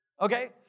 Okay